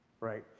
right